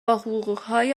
حقوقهای